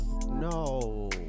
no